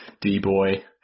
D-Boy